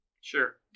Sure